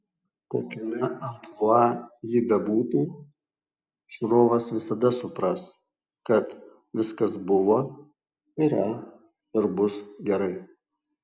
kokiame amplua ji bebūtų žiūrovas visada supras kad viskas buvo yra ir bus gerai